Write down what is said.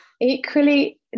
equally